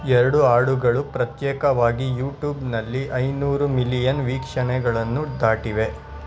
ಎರಡು ಹಾಡುಗಳು ಪ್ರತ್ಯೇಕವಾಗಿ ಯೂಟೂಬ್ನಲ್ಲಿ ಐನೂರು ಮಿಲಿಯನ್ ವೀಕ್ಷಣೆಗಳನ್ನು ದಾಟಿವೆ